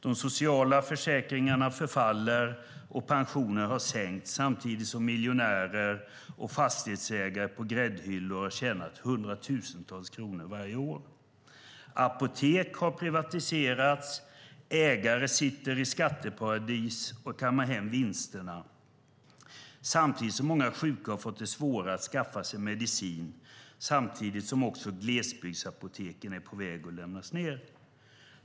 De sociala försäkringarna förfaller, och pensioner har sänkts samtidigt som miljonärer och fastighetsägare på gräddhyllor har tjänat hundratusentals kronor varje år. Apotek har privatiserats. Ägare sitter i skatteparadis och kammar hem vinsterna, samtidigt som många sjuka har fått det svårare att skaffa sig medicin och glesbygdsapotek är på väg att läggas ned.